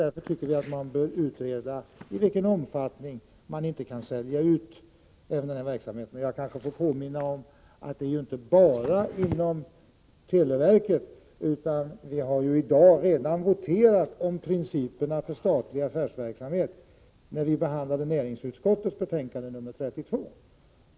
Därför tycker vi att man bör utreda i vilken omfattning man kan sälja ut sådan verksamhet. Jag kanske får påminna om att det inte bara gäller televerkets område. Vi har i dag voterat om principerna för statlig affärsverksamhet, när vi behandlade näringsutskottets betänkande 32.